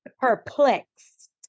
perplexed